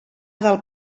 del